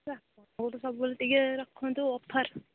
sir ଅଫର୍ଟା ସବୁବେଳେ ଟିକେ ରଖନ୍ତୁ ଅଫର୍